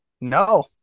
no